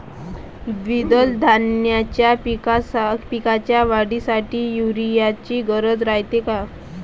द्विदल धान्याच्या पिकाच्या वाढीसाठी यूरिया ची गरज रायते का?